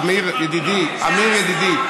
אמיר ידידי,